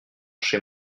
chez